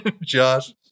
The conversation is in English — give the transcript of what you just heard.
josh